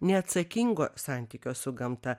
neatsakingo santykio su gamta